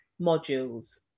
modules